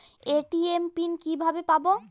ATM PIN কিভাবে পাবো?